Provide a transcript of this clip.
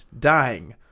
dying